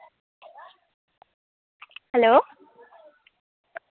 hello